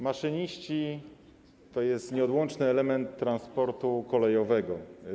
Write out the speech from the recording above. Maszyniści to jest nieodłączny element transportu kolejowego.